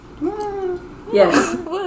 Yes